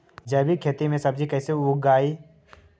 जैविक खेती में सब्जी कैसे उगइअई?